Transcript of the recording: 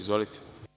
Izvolite.